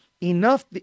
enough